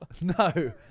No